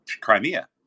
Crimea